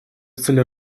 цель